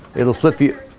it'll flip you.